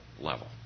level